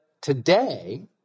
today